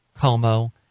Como